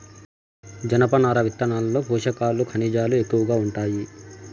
జనపనార విత్తనాల్లో పోషకాలు, ఖనిజాలు ఎక్కువగా ఉంటాయి